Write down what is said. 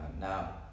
Now